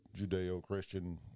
Judeo-Christian